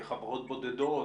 חברות בודדות?